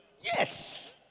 Yes